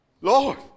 Lord